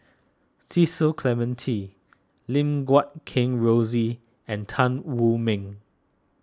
Cecil Clementi Lim Guat Kheng Rosie and Tan Wu Meng